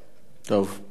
אני לא יודע אם אני חוזר,